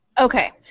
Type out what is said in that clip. Okay